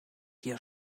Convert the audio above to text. hier